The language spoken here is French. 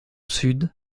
sud